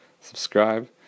subscribe